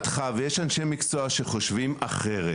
אבל זו דעתך, ויש אנשי מקצוע שחושבים אחרת.